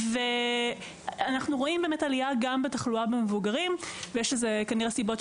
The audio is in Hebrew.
אנחנו רואים עלייה בתחלואה במבוגרים וזה אולי בגלל